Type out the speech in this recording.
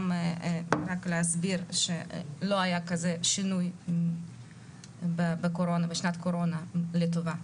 להסביר שלא היה כזה שינוי בשנת הקורונה לטובה.